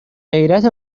غیرت